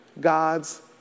God's